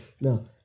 No